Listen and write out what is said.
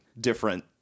different